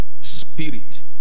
Spirit